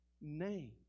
name